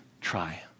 try